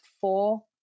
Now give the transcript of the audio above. four